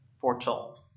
foretold